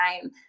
time